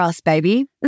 baby